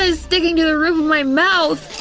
ah sticking to the roof of my mouth!